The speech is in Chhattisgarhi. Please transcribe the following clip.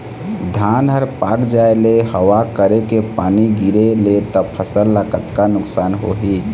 धान हर पाक जाय ले हवा करके पानी गिरे ले त फसल ला कतका नुकसान होही?